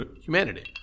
humanity